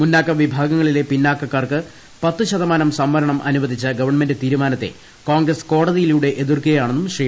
മുന്നാക്കവിഭാഗങ്ങളിലെ പിന്നാക്കക്കാർക്ക് പത്ത് ശതമാനം സംവരണമനുവദിച്ച ഗവൺമെന്റ് തീരുമാനത്തെ കോൺഗ്രസ് കോടതിയിലൂടെ എതിർക്കുകയാണെന്നും ശ്രീ